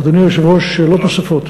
אדוני היושב-ראש, שאלות נוספות.